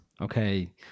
Okay